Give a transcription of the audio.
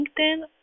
LinkedIn